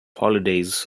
holidays